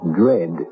dread